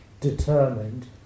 determined